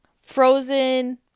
frozen